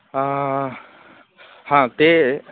हा हा ते